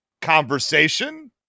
conversation